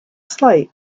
slight